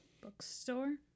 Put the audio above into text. Bookstore